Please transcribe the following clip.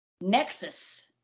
Nexus